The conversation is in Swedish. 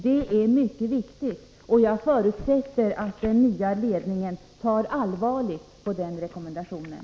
Det är mycket viktigt, och jag förutsätter att den nya ledningen tar allvarligt på den rekommendationen.